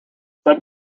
some